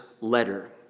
letter